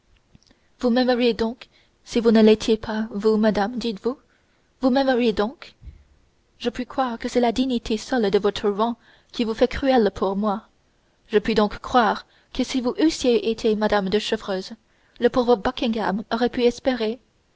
vous m'aimeriez donc si vous ne l'étiez pas vous madame dites vous m'aimeriez donc je puis donc croire que c'est la dignité seule de votre rang qui vous fait cruelle pour moi je puis donc croire que si vous eussiez été mme de chevreuse le pauvre buckingham aurait pu espérer